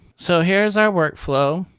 so here's our workflow